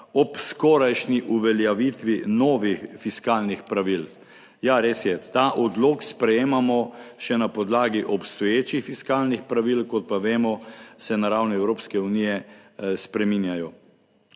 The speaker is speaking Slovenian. ob skorajšnji uveljavitvi novih fiskalnih pravil. Ja, res je, ta odlok sprejemamo še na podlagi obstoječih fiskalnih pravil kot pa vemo se na ravni Evropske unije spreminjajo.